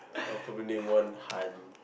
I'll probably name one Han